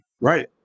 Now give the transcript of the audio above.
Right